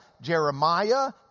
Jeremiah